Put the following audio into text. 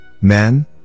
men